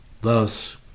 Thus